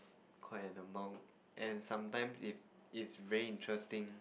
quite an amount and sometimes if it's very interesting